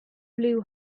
blew